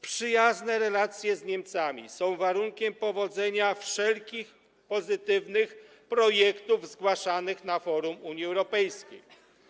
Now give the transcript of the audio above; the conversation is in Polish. Przyjazne relacje z Niemcami są warunkiem powodzenia wszelkich pozytywnych projektów zgłaszanych na forum Unii Europejskiej.